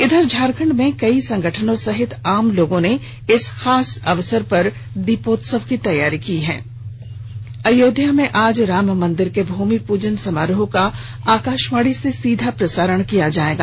इधर झारखंड में कई संगठनों सहित आम लोगों ने इस खास अवसर पर दीपोत्सव की तैयारी की अयोध्या में आज राम मंदिर के भूमि पूजन समारोह का आकाशवाणी से सीधा प्रसारण किया जाएगा